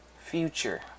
Future